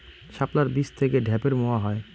শাপলার বীজ থেকে ঢ্যাপের মোয়া হয়?